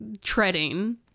treading